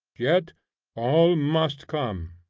yet all must come,